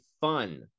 fun